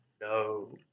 no